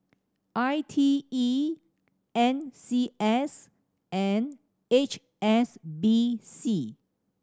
I T E N C S and H S B C